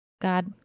God